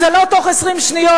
זה לא תוך 20 שניות.